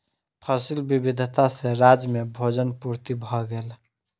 फसिल विविधता सॅ राज्य में भोजन पूर्ति भ गेल